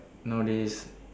nowadays